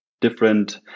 different